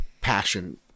passion